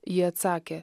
ji atsakė